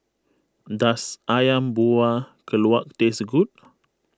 does Ayam Buah Keluak taste good